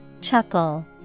Chuckle